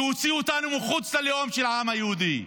שהוציא אותנו מחוץ ללאום של העם היהודי,